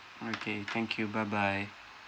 okay thank you bye bye